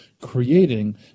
creating